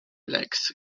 legs